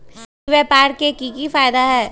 ई व्यापार के की की फायदा है?